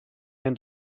and